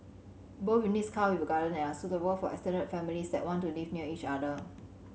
both units come with a garden and are suitable for extended families that want to live near each other